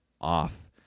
off